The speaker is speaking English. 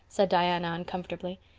said diana uncomfortably.